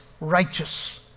righteous